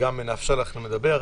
גם נאפשר לכם לדבר.